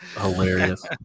hilarious